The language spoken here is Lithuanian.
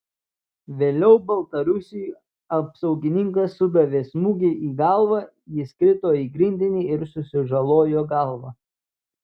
vėliau baltarusiui apsaugininkas sudavė smūgį į galvą jis krito į grindinį ir susižalojo galvą